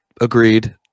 Agreed